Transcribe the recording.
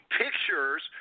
pictures